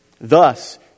Thus